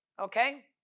okay